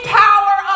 power